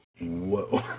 whoa